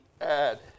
add